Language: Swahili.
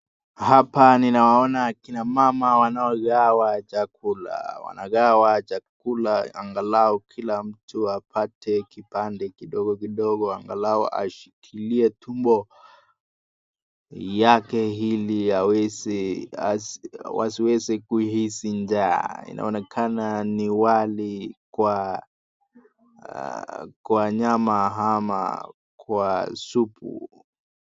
Hapa ninawaona akina mama wanaogawa chakula. Wanagawa chakula angalau kila mtu apate kipande kidogo kidogo angalau ashikilie tumbo yake ili wasiweze kuhisi njaa. Inaonekana ni wali kwa kwa nyama ama kwa supu.